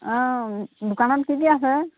অঁ দোকানত কি কি আছে